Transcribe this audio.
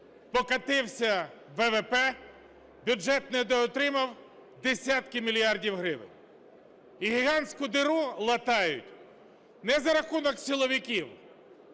покотився ВВП, бюджет недоотримав десятки мільярдів гривень. І гігантську діру латають не за рахунок силовиків,